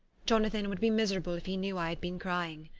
jonathan would be miserable if he knew i had been crying.